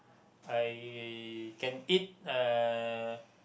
I can eat uh